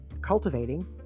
cultivating